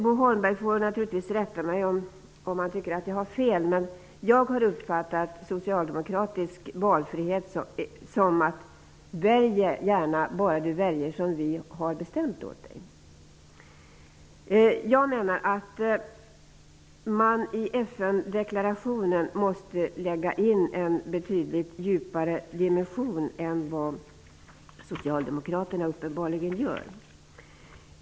Bo Holmberg får naturligtvis rätta mig, om han tycker att jag har fel, men jag har uppfattat socialdemokratisk valfrihet som att: välj gärna bara du väljer som vi har bestämt åt dig. Jag anser att man i FN-deklarationen måste lägga in en betydligt djupare dimension än vad Socialdemokraterna uppenbarligen gör.